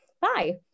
bye